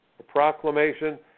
Proclamation